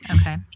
Okay